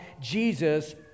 Jesus